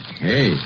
Hey